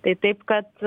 tai taip kad